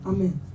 Amen